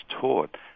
taught